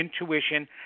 intuition